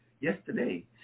yesterday